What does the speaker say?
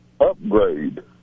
upgrade